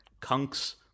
Kunk's